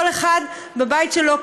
כל אחד בבית שלו.